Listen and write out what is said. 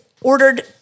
ordered